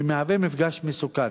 ומהווה מפגע מסוכן.